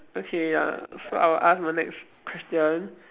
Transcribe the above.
okay ya so I will ask my next question